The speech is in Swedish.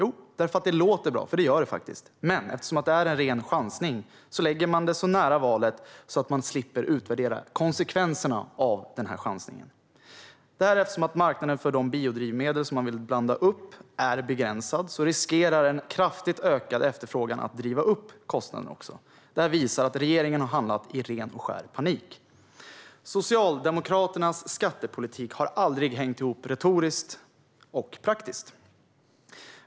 Jo, därför att det låter bra, för det gör det faktiskt. Men eftersom det är en ren chansning lägger man det så nära valet att man slipper utvärdera konsekvenserna av chansningen. Eftersom marknaden för de biodrivmedel som ska blandas in är begränsad riskerar en kraftigt ökad efterfrågan att driva upp kostnaderna. Detta visar att regeringen handlar i ren och skär panik. Socialdemokraternas skattepolitik har aldrig hängt ihop retoriskt och praktiskt.